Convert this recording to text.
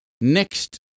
next